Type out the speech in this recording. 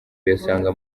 uyasanga